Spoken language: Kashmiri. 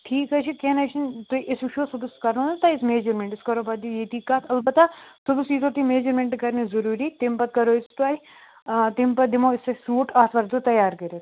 ٹھیٖک حظ چھُ کیٚنٛہہ نَہ حظ چھُنہٕ تُہۍ أسۍ وُچھو صُبحس کَرو نا تۄہہ أسۍ میجرمیٚنٛٹ أسۍ کَرو پَتہٕ یہِ ییٚتی کَتھ اَلبتہٕ صُبحس ییٖزیٛو تُہۍ میجرمیٚنٛٹ کَرنہِ ضروٗری تَمہِ پتہٕ کَرو أسۍ تۄہہِ تٔمۍ پَتہٕ دِمہو أسۍ تۄہہِ سوٗٹ آتھوارِ دۄہ تَیار کٔرِتھ